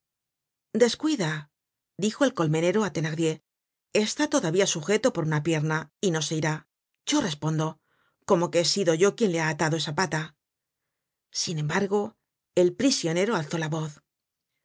descuida dijo el colmenero á thenardier está todavía sujeto por una pierna y no se irá yo respondo como que he sido yo quien le ha atado esa pata sin embargo el prisionero alzó la voz